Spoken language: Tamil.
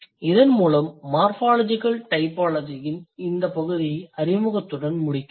இதன் மூலம் மார்ஃபாலஜிகல் டைபாலஜியின் இந்த பகுதியை அறிமுகத்துடன் முடிக்கிறேன்